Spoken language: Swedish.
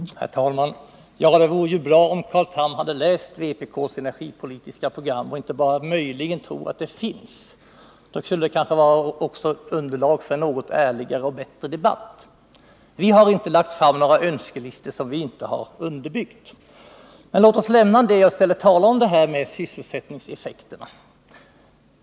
Herr talman! Det hade ju varit bra om Carl Tham hade läst vpk:s energipolitiska program och inte bara trott att det möjligen finns ett sådant. Då hade det kanske funnits underlag för en något ärligare och bättre debatt. Vi har inte lagt fram några önskelistor som vi inte har ekonomiskt underbyggda. Men låt oss lämna detta och i stället tala om sysselsättningseffekterna.